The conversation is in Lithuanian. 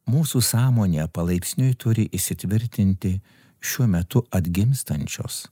mūsų sąmonėje palaipsniui turi įsitvirtinti šiuo metu atgimstančios